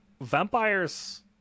Vampires